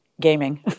gaming